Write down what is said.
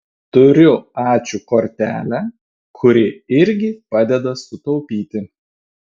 turiu ačiū kortelę kuri irgi padeda sutaupyti